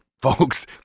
Folks